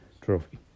trophy